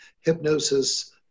hypnosis